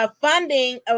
funding